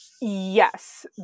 Yes